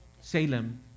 Salem